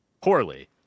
Poorly